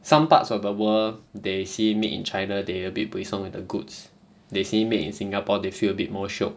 some parts of the world they see made in china they a bit buay song at the goods they see made in singapore they feel a bit more shiok